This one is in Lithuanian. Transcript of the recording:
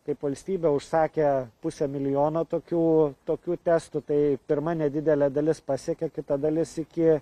kaip valstybė užsakę pusę milijono tokių tokių testų tai pirma nedidelė dalis pasiekė kita dalis iki